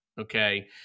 Okay